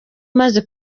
maze